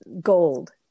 gold